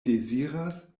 deziras